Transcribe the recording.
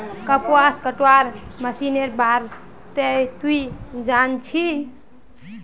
कपास कटवार मशीनेर बार तुई जान छि